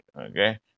okay